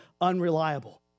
unreliable